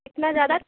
इतना ज़्यादा